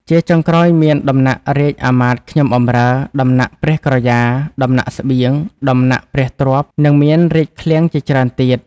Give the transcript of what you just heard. ជាចុងក្រោយមាន ដំណាក់រាជអាមាត្យខ្ញុំបម្រើ ដំណាក់ព្រះក្រយ៉ា ដំណាក់ស្បៀង ដំណាក់ព្រះទ្រព្យ និងមានរាជឃ្លាំងជាច្រើនទៀត ។